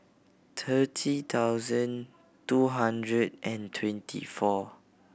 thirty thousand two hundred and twenty four